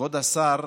כבוד השר,